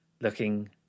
looking